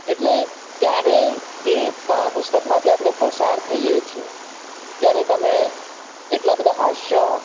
એટલે ત્યારે એ પ પુસ્તકમાંથી આપણે પસાર થઈએ છીએ ત્યારે તમે એટલા બધા હાસ્યો